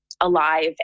alive